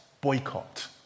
boycott